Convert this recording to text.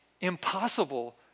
impossible